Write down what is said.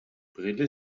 brille